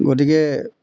গতিকে